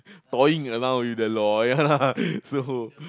toying around with the law ya lah so